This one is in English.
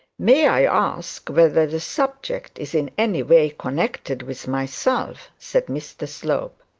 may i ask whether the subject is in any way connected with myself said mr slope.